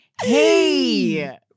Hey